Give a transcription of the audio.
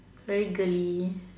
very girly